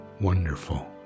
wonderful